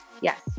Yes